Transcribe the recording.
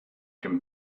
him